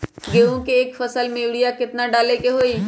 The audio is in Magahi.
गेंहू के एक फसल में यूरिया केतना डाले के होई?